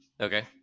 Okay